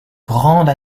grande